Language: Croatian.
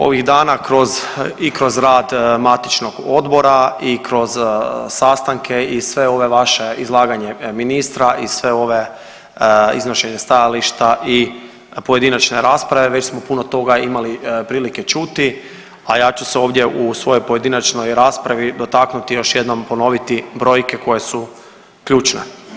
Ovih dana kroz i kroz rad matičnog odbora i kroz sastanke i sve ove vaše izlaganje ministra i sve ove iznošenje stajališta i pojedinačne rasprave već smo puno toga imali prilike čuti, a ja ću se ovdje u svojoj pojedinačnoj raspravi dotaknuti još jednom ponoviti brojke koje su ključne.